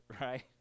right